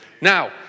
Now